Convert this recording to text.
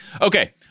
Okay